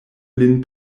lin